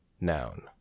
Noun